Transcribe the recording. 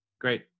Great